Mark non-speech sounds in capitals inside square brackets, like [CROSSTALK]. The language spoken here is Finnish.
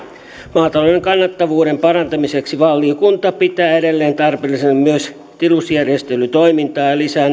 maatalouden kannattavuuden parantamiseksi valiokunta pitää edelleen tarpeellisena myös tilusjärjestelytoimintaa ja lisää [UNINTELLIGIBLE]